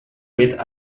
with